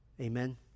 Amen